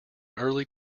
early